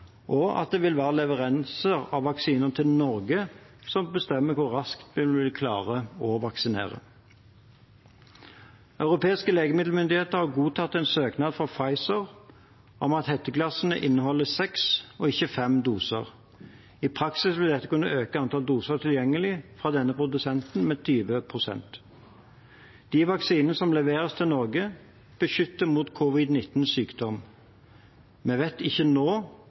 og at det vil være leveransen av vaksiner til Norge som bestemmer hvor raskt vi vil klare å vaksinere. Europeiske legemiddelmyndigheter har godtatt en søknad fra Pfizer om at hetteglassene inneholder seks og ikke fem doser. I praksis vil dette kunne øke antallet doser tilgjengelig fra denne produsenten med 20 pst. De vaksinene som leveres til Norge, beskytter mot covid-19-sykdom. Vi vet ikke nå